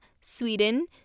Sweden